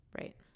right